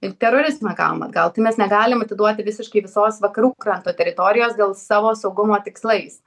ir terorizmą gavom atgal tai mes negalim atiduoti visiškai visos vakarų kranto teritorijos dėl savo saugumo tikslais